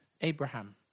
Abraham